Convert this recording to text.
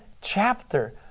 chapter